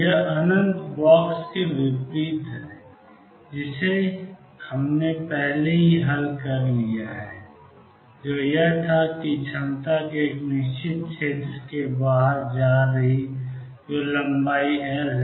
यह अनंत बॉक्स के विपरीत है जिसे हमने पहले ही हल कर लिया है जो यह था कि क्षमता एक निश्चित क्षेत्र के बाहर जा रही थी जो कि लंबाई एल है